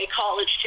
college